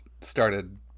started